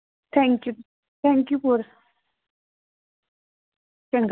thank you thank you for ਚੰਗਾ